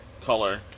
Color